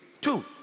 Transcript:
Two